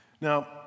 Now